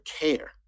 care